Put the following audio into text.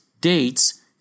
dates